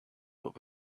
what